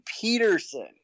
Peterson